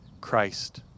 Christ